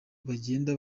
bagenda